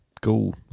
cool